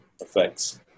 effects